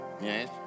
Yes